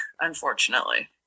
unfortunately